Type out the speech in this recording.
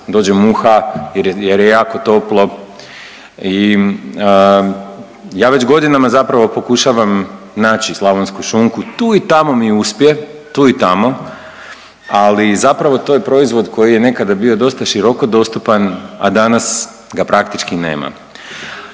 jer je, jer je jako toplo i ja već godinama zapravo pokušavam naći slavonsku šunku, tu i tamo mi uspije, tu i tamo, ali zapravo to je proizvod koji je nekada bio dosta široko dostupan, a danas ga praktički nema.